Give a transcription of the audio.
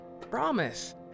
Promise